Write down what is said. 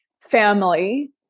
family